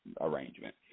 arrangement